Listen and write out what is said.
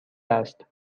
است